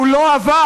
והוא לא עבר.